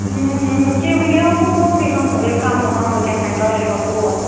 اۭں وٕنہِ کیاہ وُنے اوسُکھ اوٚترے ہمسایو کَملہٕ وَملہٕ کیٛاہ تھانۍ تارمَژٕ اور